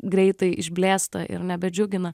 greitai išblėsta ir nebedžiugina